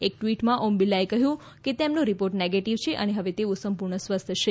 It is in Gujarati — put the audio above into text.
એક ટ્વીટમાં ઓમ બિરલાએ કહ્યું કે તેમનો રિપોર્ટ નેગેટીવ છે અને હવે તેઓ સંપ્રર્ણ સ્વસ્થ છે